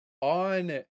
on